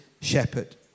shepherd